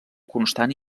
constant